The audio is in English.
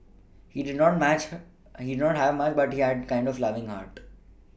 he did not much her a he did not have much but he had a friend of loving heart